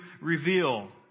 reveal